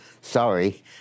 sorry